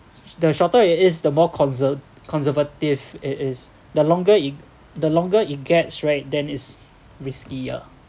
the shorter it is the more conser~ conservative it is the longer it the longer it gets right then it's risky ah